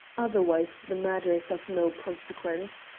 otherwise the matter is of no consequence.